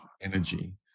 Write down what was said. energy